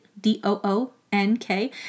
D-O-O-N-K